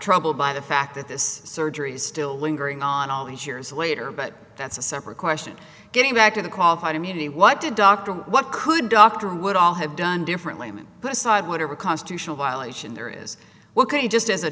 troubled by the fact that this surgery is still lingering on all these years later but that's a separate question getting back to the qualified immunity what did dr what could doctor would all have done differently put aside whatever constitutional violation there is what could just as a